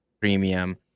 premium